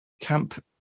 Camp